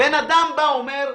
בן אדם בא ואומר,